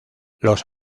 los